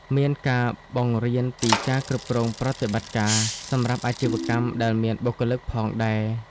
មានការបង្រៀនពីការគ្រប់គ្រងប្រតិបត្តិការ សម្រាប់អាជីវកម្មដែលមានបុគ្គលិកផងដែរ។